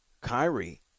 Kyrie